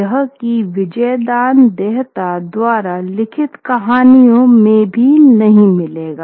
यह कि विजयदान देहता द्वारा लिखित कहानियों में भी नहीं मिलेगी